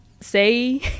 say